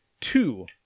two